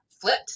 flipped